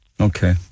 Okay